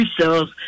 cells